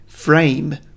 Frame